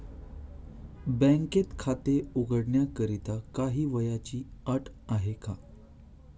बँकेत खाते उघडण्याकरिता काही वयाची अट आहे का?